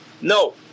No